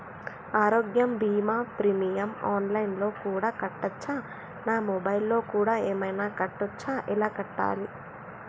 ఆరోగ్య బీమా premium online లో కూడా కట్టచ్చా? నా మొబైల్లో కూడా ఏమైనా కట్టొచ్చా? ఎలా కట్టాలి?